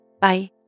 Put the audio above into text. Bye